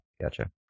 Gotcha